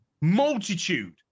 multitude